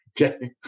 Okay